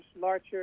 larger